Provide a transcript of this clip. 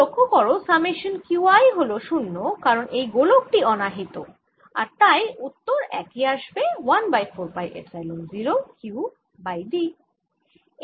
যদিও লক্ষ্য করো সামেশান Q i হল 0 কারণ এই গোলক টি অনাহিত আর তাই উত্তর একই আসবে 1 by 4 pi epsilon 0 Q by d